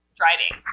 driving